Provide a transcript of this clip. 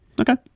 Okay